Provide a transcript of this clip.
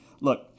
look